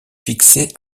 fixé